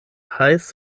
heiß